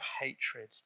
hatred